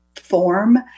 form